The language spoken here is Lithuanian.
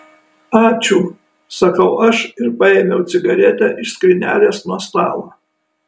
ačiū sakau aš ir paėmiau cigaretę iš skrynelės nuo stalo